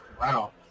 Wow